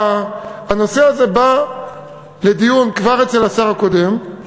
הנושא הזה כבר בא לדיון אצל שר החינוך הקודם,